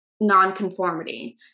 nonconformity